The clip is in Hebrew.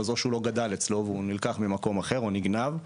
אז או שהוא לא גדל אצלו והוא נלקח ממקום אחר או נגנב.